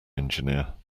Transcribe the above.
engineer